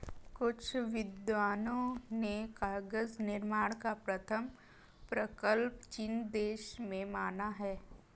कुछ विद्वानों ने कागज निर्माण का प्रथम प्रकल्प चीन देश में माना है